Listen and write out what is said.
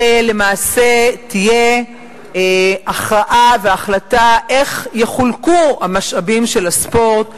שלמעשה תהיה הכרעה והחלטה איך יחולקו המשאבים של הספורט,